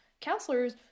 counselors